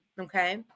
Okay